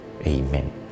Amen